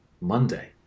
Monday